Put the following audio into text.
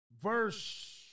verse